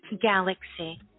galaxy